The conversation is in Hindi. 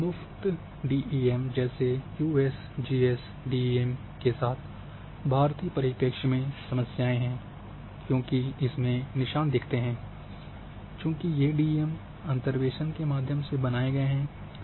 मुफ़्त डीईएम जैसे यूएसजीएस डीईएम के साथ भारतीय परिपेक्ष में समस्याएँ हैं क्योंकि इसमें निशान दिखते हैं चूँकि ये डीईएम अंतर्वेसन के माध्यम से बनाए गए हैं